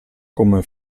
come